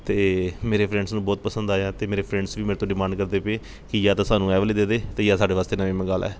ਅਤੇ ਮੇਰੇ ਫਰੈਂਡਸ ਨੂੰ ਬਹੁਤ ਪਸੰਦ ਆਇਆ ਅਤੇ ਮੇਰੇ ਫਰੈਂਡਸ ਵੀ ਮੇਰੇ ਤੋਂ ਡਿਮਾਂਡ ਕਰਦੇ ਪਏ ਕਿ ਜਾਂ ਤਾਂ ਸਾਨੂੰ ਇਹ ਵਾਲੇ ਦੇ ਦੇ ਅਤੇ ਜਾਂ ਸਾਡੇ ਵਾਸਤੇ ਨਵੇਂ ਮੰਗਵਾ ਲੈ